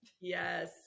Yes